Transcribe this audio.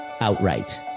outright